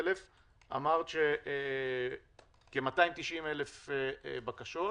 300,000 אמרת שכ-290,000 בקשות,